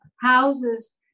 houses